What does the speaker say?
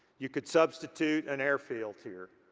you could substitute an air field here.